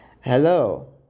Hello